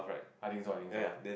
I think so I think so